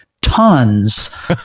tons